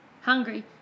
Hungry